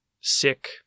sick